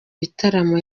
bitaramo